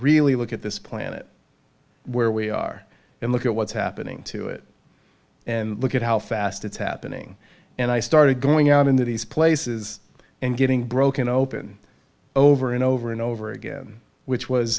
really look at this planet where we are and look at what's happening to it and look at how fast it's happening and i started going out into these places and getting broken open over and over and over again which was